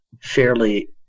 Fairly